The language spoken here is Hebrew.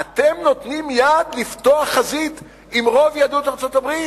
אתם נותנים יד לפתוח חזית עם רוב יהדות ארצות-הברית?